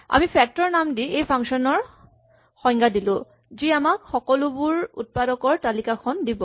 আমি ফেক্টৰছ নাম দি এটা ফাংচন ৰ সংজ্ঞা দিলো যি আমাক সকলোবোৰ উৎপাদকৰ তালিকাখন দিব